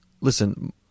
Listen